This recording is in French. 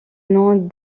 nom